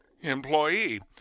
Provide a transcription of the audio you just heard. employee